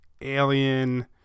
alien